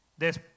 después